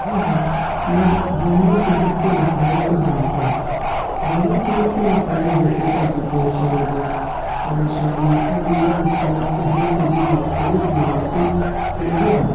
جی ہاں میں ذہنی صحت کے مسائل کو جانتا ہوں ذہنی صحت کے مسائل جیسے کہ ڈپریشن ہو گیا پریشانی اور دیگر مشکلات کے حل کے لیے مختلف مراکز موجود ہیں